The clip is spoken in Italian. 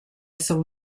essere